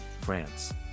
France